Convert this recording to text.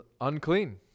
unclean